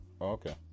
Okay